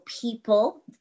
people